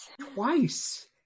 Twice